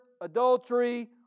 adultery